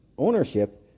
ownership